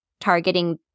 targeting